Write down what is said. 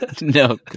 No